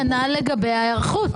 כנ"ל לגבי ההיערכות.